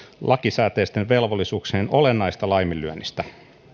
lakisääteisten velvollisuuksien olennaisesta laiminlyönnistä